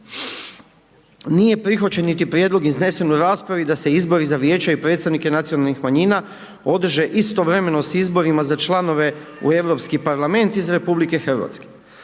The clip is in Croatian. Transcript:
Nije prihvaćen niti prijedlog iznesen u raspravi da se izbori za vijeća i predstavnike nacionalnih manjina održe istovremeno s izborima za članove u Europski parlament iz RH. Dakle,